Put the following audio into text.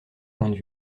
points